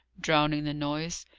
drowning the noise.